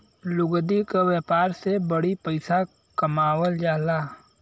लुगदी क व्यापार से बड़ी पइसा कमावल जाला